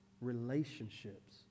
relationships